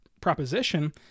proposition